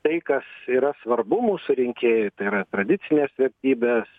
tai kas yra svarbu mūsų rinkėjui tai yra tradicinės vertybės